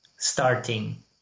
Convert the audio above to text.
starting